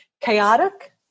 chaotic